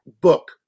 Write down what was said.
book